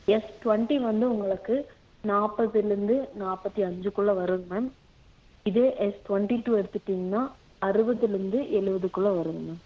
S twenty வந்து உங்களுக்கு நாப்பதுலருந்து நாற்பத்தி அஞ்சுக்குள்ளே வருங்க மேம் இதே எஸ் டுவண்ட்டி டூ எடுத்துகிட்டிங்னா அறுவதுலருந்து எழுபதுக்குள்ள வருங்க மேம்